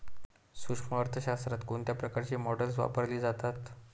सूक्ष्म अर्थशास्त्रात कोणत्या प्रकारची मॉडेल्स वापरली जातात?